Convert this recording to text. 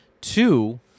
Two